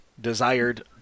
desired